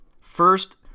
First